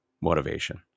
motivation